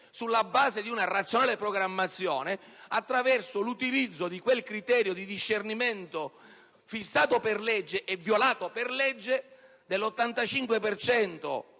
sulla base di una razionale programmazione ed attraverso l'utilizzo di quel criterio di discernimento, fissato per legge e violato per legge, dell'85